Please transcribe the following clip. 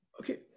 Okay